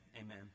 Amen